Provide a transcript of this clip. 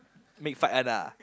make fight one ah